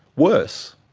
worse,